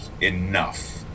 enough